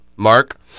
Mark